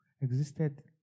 existed